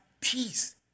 peace